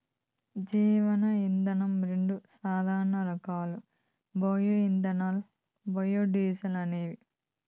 జీవ ఇంధనం రెండు సాధారణ రకాలు బయో ఇథనాల్, బయోడీజల్ అనేవి